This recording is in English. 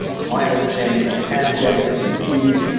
climate change, pandemic disease,